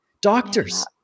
Doctors